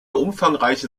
umfangreiche